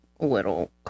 little